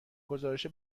گزارش